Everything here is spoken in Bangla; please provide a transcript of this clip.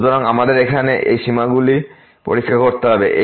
সুতরাং আমাদের এখানে সেই সীমাগুলি পরীক্ষা করতে হবে